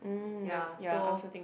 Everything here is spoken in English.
ya so